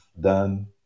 done